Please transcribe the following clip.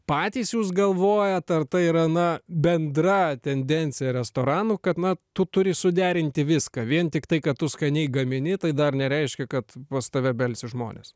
patys jūs galvojat ar tai yra na bendra tendencija restoranų kad tu turi suderinti viską vien tiktai kad tu skaniai gamini tai dar nereiškia kad pas tave belsis žmonės